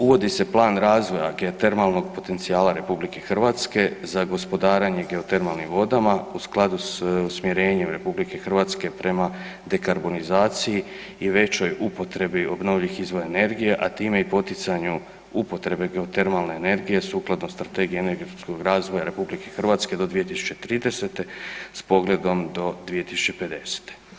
Uvodi se plan razvoja geotermalnog potencijala RH za gospodarenje geotermalnim vodama u skladu s usmjerenjem RH prema dekarbonizaciji i većoj upotrebi obnovljivih izvora energije a time i poticanju upotrebe geotermalne energije sukladno Strategiji energetskog razvoja RH do 2030. s pogledom do 2050.